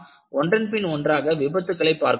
எனவே நாம் ஒன்றன்பின் ஒன்றாக விபத்துக்களை பார்க்கலாம்